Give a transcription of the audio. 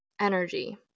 energy